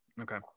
Okay